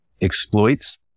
exploits